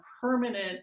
permanent